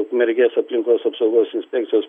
ukmergės aplinkos apsaugos inspekcijos